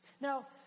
Now